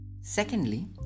Secondly